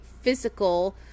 physical